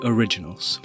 Originals